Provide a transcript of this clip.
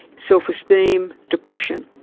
self-esteem, depression.